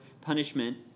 punishment